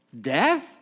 death